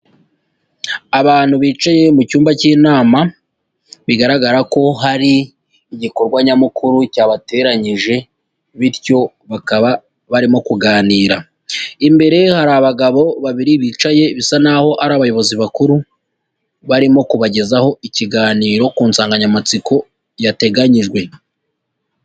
Abantu bicaye mu cyumba cy'inama, bigaragara ko hari igikorwa nyamukuru cyabateranyije bityo bakaba barimo kuganira, imbere hari abagabo babiri bicaye bisa naho ari abayobozi bakuru, barimo kubagezaho ikiganiro ku nsanganyamatsiko yateganyijwe.